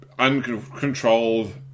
uncontrolled